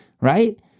right